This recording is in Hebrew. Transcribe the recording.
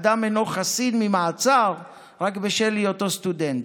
אדם אינו חסין ממעצר רק בשל היותו סטודנט.